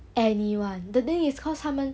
anyone the thing is cause 他们